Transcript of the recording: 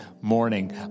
morning